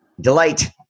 delight